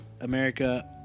America